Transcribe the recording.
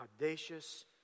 audacious